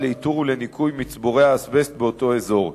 לאיתור ולניקוי מצבורי האזבסט באותו אזור.